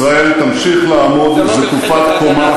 ישראל תמשיך לעמוד זקופת קומה,